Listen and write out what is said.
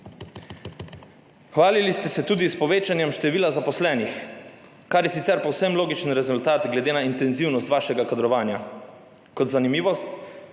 Hvalili ste se tudi s povečanjem števila zaposlenih, kar je sicer povsem logičen rezultat glede na intenzivnost vašega kadrovanja. Kot zanimivost,